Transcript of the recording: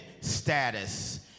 status